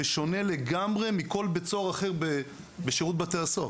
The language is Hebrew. בשונה לגמרי מכל בית סוהר אחר בשירות בתי הסוהר.